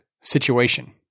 situation